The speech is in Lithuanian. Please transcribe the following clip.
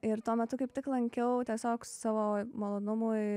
ir tuo metu kaip tik lankiau tiesiog savo malonumui